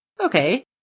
Okay